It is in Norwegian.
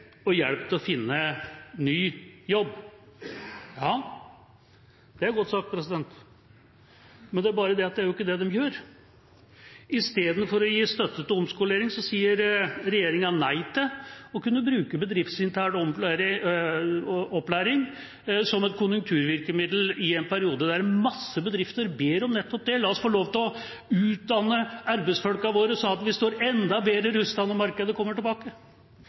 og hjelp til å finne ny jobb.» Det er godt sagt, men det er bare det at det er ikke det de gjør. Istedenfor å gi støtte til omskolering, sier regjeringa nei til å kunne bruke bedriftsintern opplæring som et konjunkturvirkemiddel i en periode da mange bedrifter ber om nettopp det: La oss få lov til å utdanne arbeidsfolka våre, slik at vi står enda bedre rustet når markedet kommer tilbake!